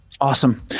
Awesome